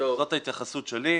זאת ההתייחסות שלי.